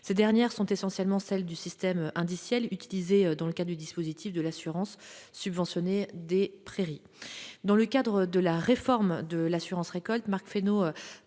Ces dernières proviennent essentiellement du système indiciel utilisé dans le cadre du dispositif de l'assurance subventionnée des prairies. À l'occasion de la réforme de l'assurance récolte, Marc Fesneau